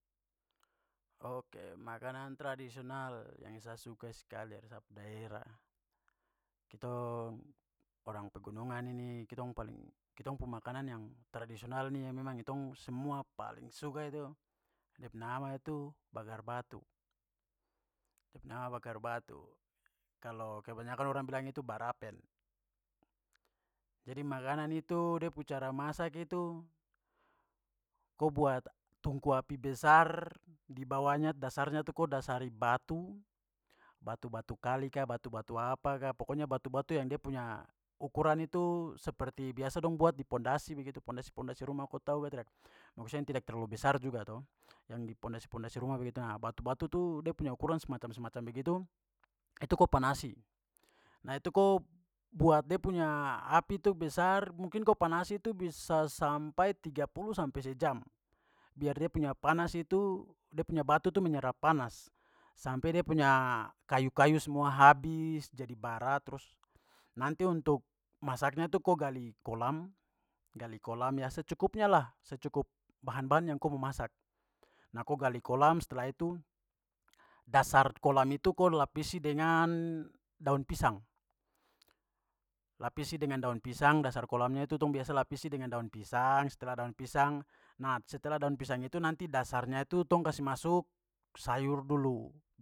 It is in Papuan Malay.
Oke, makanan tradisional yang saya suka sekali dari sa pu daerah. Kitong orang pegunungan ini kitong paling- kitong pu makanan yang tradisional ini memang kitong semua paling suka itu da pe nama itu bakar batu, da pu nama bakar batu. Kalau kebanyakan orang bilang itu barapen. Jadi makanan itu da pu cara masak itu ko buat tungku api besar di bawahnya dasarnya tu ko dasari batu, batu-batu kali ka, batu-batu apa ka, pokoknya batu-batu yang dia punya ukuran itu seperti biasa dong buat di pondasi begitu, pondasi-pondasi rumah, ko tau ka tidak, maksudnya yang tidak terlalu besar juga to, yang di pondasi-pondasi rumah begitu, nah, batu-batu tu da punya ukuran semacam-semacam begitu, itu ko panasi. Nah, itu ko buat dia punya api tu besar, mungkin ko panasi itu bisa sampai tiga puluh sampe sejam, biar dia punya panas itu, dia punya batu itu menyerap panas. Sampe dia punya kayu-kayu semua habis jadi bara trus nanti untuk masaknya tu ko gali kolam- gali kolam, ya secukupnya lah, secukup bahan-bahan yang ko mo masak. Nah, ko gali kolam setelah itu dasar kolam itu ko lapisi dengan daun pisang- lapisi dengan daun pisang, dasar kolamnya itu tong biasa lapisi dengan daun pisang. Setelah daun pisang- nah, setelah daun pisang itu nanti dasarnya itu tong kasi masuk sayur dulu.